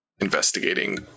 Investigating